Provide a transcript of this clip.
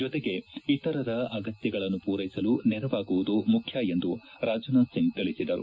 ಜೊತೆಗೆ ಇತರರ ಅಗತ್ನಗಳನ್ನು ಮೂರೈಸಲು ನೆರವಾಗುವುದು ಮುಖ್ಯ ಎಂದು ರಾಜನಾಥ್ ಸಿಂಗ್ ತಿಳಿಸಿದರು